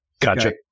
Gotcha